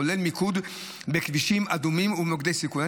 כולל מיקוד בכבישים אדומים ומוקדי סיכון.